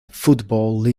football